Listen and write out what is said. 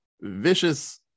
vicious